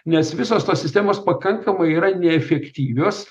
nes visos tos sistemos pakankamai yra neefektyvios